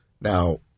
now